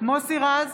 מוסי רז,